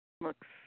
looks